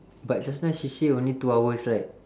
but just now she say only two hours right